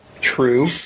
True